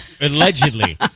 allegedly